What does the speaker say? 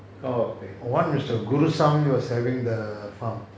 one is the gurusami is having the farm